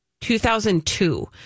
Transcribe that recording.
2002